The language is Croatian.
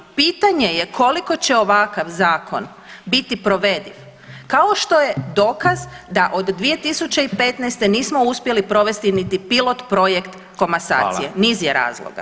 Pitanje je koliko će ovakav zakon biti provediv, kao što je dokaz da od 2015. nismo uspjeli provesti niti pilot projekt komasacije, niz je razloga.